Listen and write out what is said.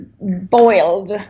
boiled